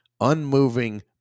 unmoving